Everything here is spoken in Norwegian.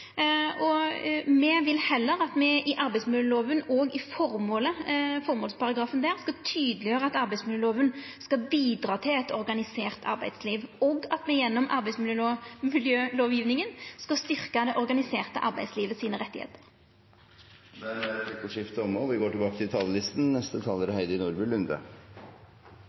kritiske. Me vil heller at me i formålsparagrafen til arbeidsmiljølova skal tydeleggjera at arbeidsmiljølova skal bidra til eit organisert arbeidsliv, og at me gjennom arbeidsmiljølovgjevinga skal styrkja rettane i det organiserte arbeidslivet. Replikkordskiftet er omme.